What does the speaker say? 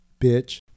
bitch